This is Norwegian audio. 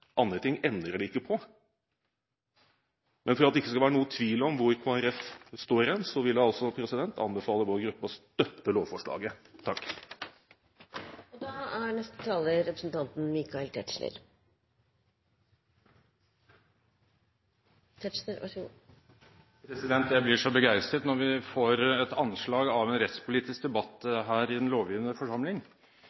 Andre ting endrer det ikke på. Men for at det ikke skal være noen tvil om hvor Kristelig Folkeparti står, vil jeg anbefale vår gruppe å støtte lovforslaget. Jeg blir så begeistret når vi får et anslag av en rettspolitisk debatt